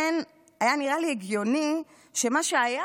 ולכן היה נראה לי הגיוני שמה שהיה,